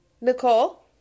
Nicole